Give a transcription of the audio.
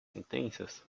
sentenças